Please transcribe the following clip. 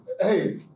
hey